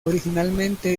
originalmente